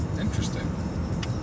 Interesting